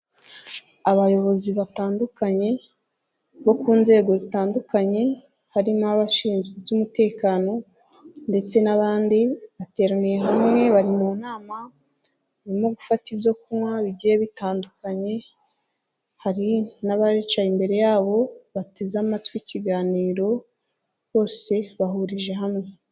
Abayobozi batandukanye bo ku nzego zitandukanye hari n'abashinzwe iby'umutekano ndetse n'abandi bateraniye hamwe bari mu inama barimo gufata ibyo kunywa bigiye bitandukanye hari n'ababicaye imbere yabo bateze amatwi ikiganiro bose bahurije hamwe.